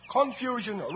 Confusion